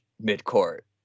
mid-court